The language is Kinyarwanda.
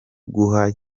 guha